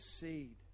seed